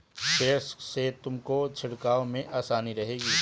sprayer से तुमको छिड़काव में आसानी रहेगी